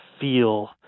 feel